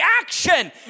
action